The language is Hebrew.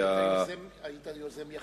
היית יוזם יחיד,